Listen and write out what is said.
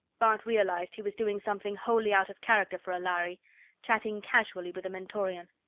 bart realized he was doing something wholly out of character for a lhari chatting casually with a mentorian.